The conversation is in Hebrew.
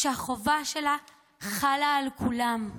שהחובה הזאת חלה על כולם,